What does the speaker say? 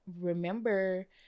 remember